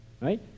right